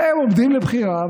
והם עומדים לבחירה,